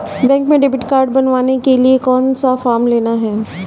Bank में debit card बनवाने के लिए कौन सा फॉर्म लेना है?